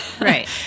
right